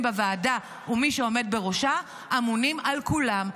בוועדה ומי שעומד בראשה אמונים על כולם,